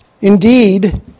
indeed